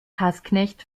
hassknecht